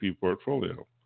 portfolio